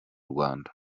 rwanda